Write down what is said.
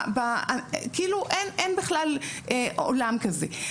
כאילו אין בכלל עולם כזה.